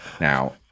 Now